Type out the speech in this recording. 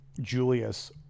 Julius